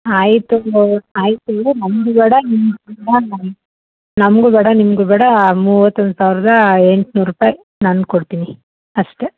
ಆಯಿತು ಆಯಿತು ನಮಗು ಬೇಡ ನಿಮಗು ಬೇಡ ನಮ್ಮ ನಮಗು ಬೇಡ ನಿಮಗು ಬೇಡ ಮೂವತ್ತೊಂದು ಸಾವಿರದ ಎಂಟುನೂರು ರೂಪಾಯಿ ನಾನು ಕೊಡ್ತೀನಿ ಅಷ್ಟೆ